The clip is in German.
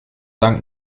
dank